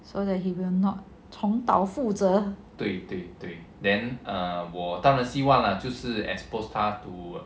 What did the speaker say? so that he will not 重蹈覆辙